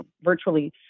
virtually